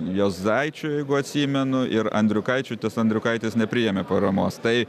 juozaičiui jeigu atsimenu ir andriukaičiui tiesa andriukaitis nepriėmė paramos tai